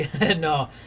no